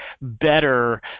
better